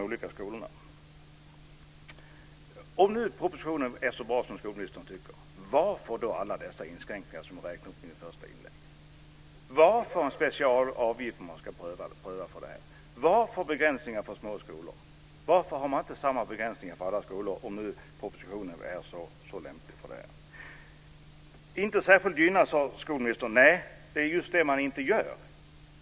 Om nu förslagen i propositionen är så bra som skolministern säger, varför görs då alla de inskränkningar som jag räknade upp i mitt första inlägg? Varför ska man ha en specialavgift för den här prövningen? Varför ska man ha begränsningar för små skolor? Varför gäller inte samma begränsningar för alla skolor? Skolministern talade om att inte särskilt gynna fristående skolor. Nej, det är just det man inte gör.